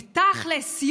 ותכל'ס,